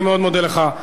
אני מאוד מודה לך,